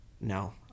no